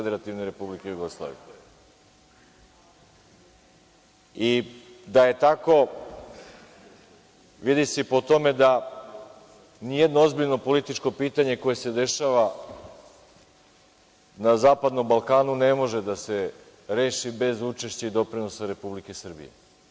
Da je tako vidi se i po tome da nijedno ozbiljno političko pitanje koje se dešava na zapadnom Balkanu ne može da se reši bez učešća i doprinosa Republike Srbije.